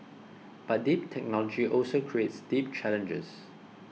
but deep technology also creates deep challenges